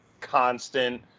constant